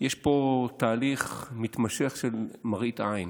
שיש פה תהליך מתמשך של מראית עין,